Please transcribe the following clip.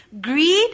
greed